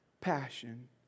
passion